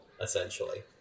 essentially